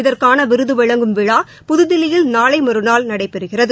இதற்கான விருது வழங்கும் விழா புதுதில்லியில் நாளை மறுநாள் நடைபெறுகிறது